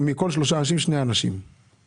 שני אנשים מתוך שלושה אנשים.